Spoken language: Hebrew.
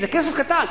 זה כסף קטן.